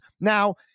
Now